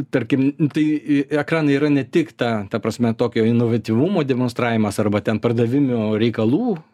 tarkim tai i ekranai yra ne tik ta ta prasme tokio inovatyvumo demonstravimas arba ten pardavimio reikalų